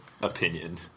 opinion